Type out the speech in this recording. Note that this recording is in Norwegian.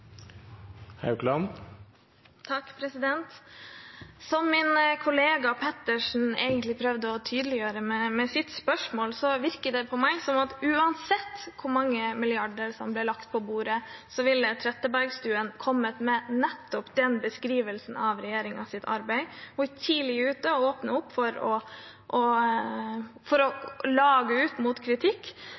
Som min kollega Pettersen prøvde å tydeliggjøre med sitt spørsmål, virker det på meg som at uansett hvor mange milliarder som ble lagt på bordet, ville Trettebergstuen kommet med nettopp den beskrivelsen av regjeringens arbeid. Hun er tidlig ute og langer ut med kritikk – selv om vi andre føler at vi har en regjering som i stor grad har valgt å